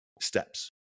steps